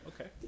Okay